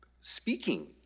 speaking